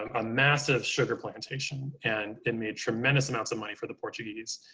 um a massive sugar plantation, and it made tremendous amounts of money for the portuguese.